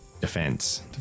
Defense